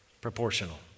Proportional